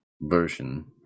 version